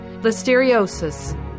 listeriosis